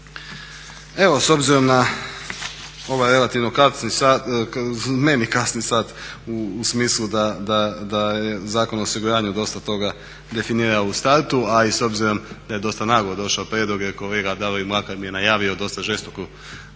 Evo, s obzirom na ovaj relativno kasni sat, ne kasni sat u smislu da je Zakon o osiguranju dosta toga definirao u startu, a i s obzirom da je dosta naglo došao prijedlog jer kolega Davorin Mlakar mi je najavio dosta žestoku